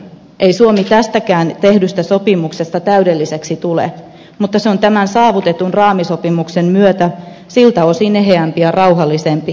ei suomi tästäkään tehdystä sopimuksesta täydelliseksi tule mutta se on tämän saavutetun raamisopimuksen myötä siltä osin eheämpi ja rauhallisempi suomi